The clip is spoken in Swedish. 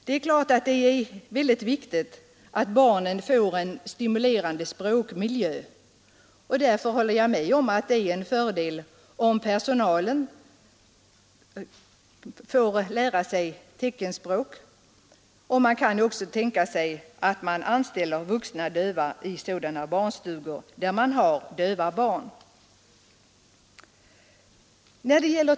Det är naturligtvis mycket viktigt att barnen får en stimulerande språkmiljö, och därför håller jag med om att det är en fördel om såväl personalen som hörande och döva barn får lära sig teckenspråk. Man kan också tänka sig att anställa vuxna döva i sådana barnstugor där det finns döva barn.